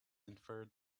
infer